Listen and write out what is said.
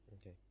okay